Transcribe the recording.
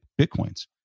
Bitcoins